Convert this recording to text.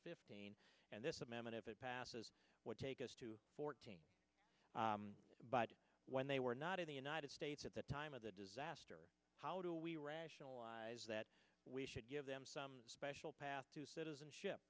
fifteen and this amendment if it passes would take us to fourteen but when they were not in the united states at the time of the disaster how do we rationalize that we should give them some special path to citizenship